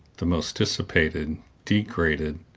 the most dissipated, degraded,